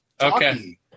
Okay